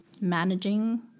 managing